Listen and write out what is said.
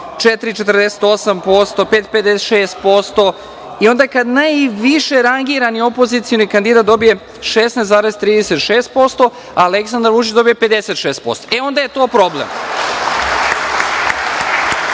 4,48%, 5,56% i onda kada najviše rangirani opozicioni kandidat dobije 16,36% a Aleksandar Vučić dobije 56%. Onda je to problem